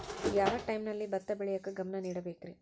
ಯಾವ್ ಟೈಮಲ್ಲಿ ಭತ್ತ ಬೆಳಿಯಾಕ ಗಮನ ನೇಡಬೇಕ್ರೇ?